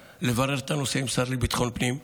לברר את הנושא עם השר לביטחון הפנים.